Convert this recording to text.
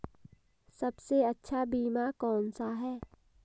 सबसे अच्छा बीमा कौनसा है?